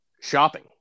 shopping